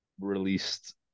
released